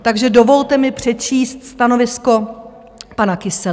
Takže dovolte mi přečíst stanovisko pana Kysely.